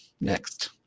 Next